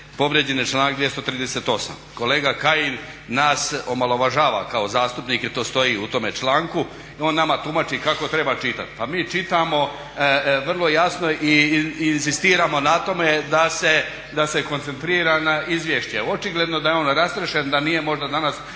Povrijeđen je članak 238. Kolega Kajin nas omalovažava kao zastupnike, to stoji u tome članku. On nama tumači kako treba čitat, pa mi čitamo vrlo jasno i inzistiramo na tome da se koncentrira na izvješće. Očigledno da je on rastrešen, da nije možda danas